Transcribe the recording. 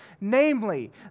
Namely